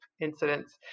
incidents